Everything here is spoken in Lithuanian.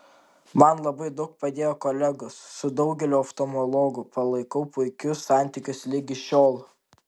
man labai daug padėjo kolegos su daugeliu oftalmologų palaikau puikius santykius ligi šiol